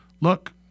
look